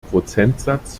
prozentsatz